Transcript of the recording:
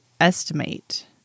estimate